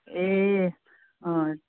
ए अँ